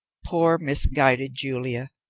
poor, misguided julia.